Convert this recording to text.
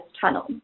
Tunnel